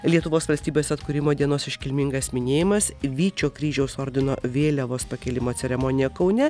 lietuvos valstybės atkūrimo dienos iškilmingas minėjimas vyčio kryžiaus ordino vėliavos pakėlimo ceremonija kaune